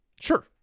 Sure